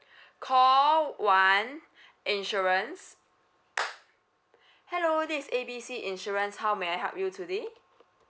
call one insurance hello this is A B C insurance how may I help you today